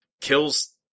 kills